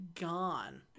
gone